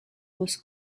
was